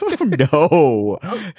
No